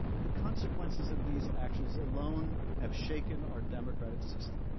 the consequences of these actions alone have shaken our democratic system.